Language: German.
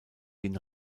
den